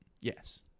Yes